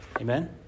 Amen